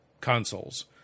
consoles